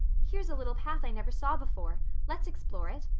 here's a little path i never saw before. let's explore it.